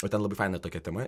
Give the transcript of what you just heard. o tai labai faina tokia tema